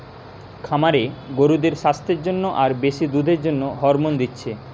খামারে গরুদের সাস্থের জন্যে আর বেশি দুধের জন্যে হরমোন দিচ্ছে